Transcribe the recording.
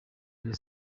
rayon